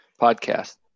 podcast